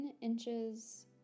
inches